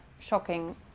shocking